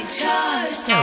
charged